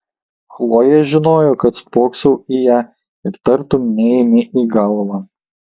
chlojė žinojo kad spoksau į ją ir tartum neėmė į galvą